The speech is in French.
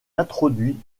introduit